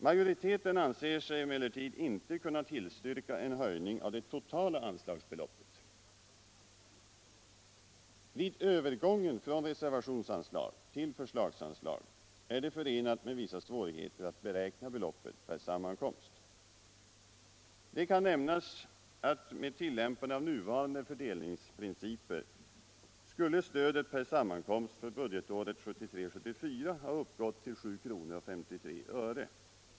Majoriteten anser sig emellertid inte kunna tillstyrka en höj ning av det totala anslagsbeloppet. Vid övergången från reservationsanslag till förslagsanslag är det förenat med vissa svårigheter att beräkna beloppet per sammankomst. Det kan nämnas att med tillämpande av nuvarande fördelningsprinciper skulle stödet per sammankomst för budgetåret 1973/74 ha uppgått till 7:53 kr.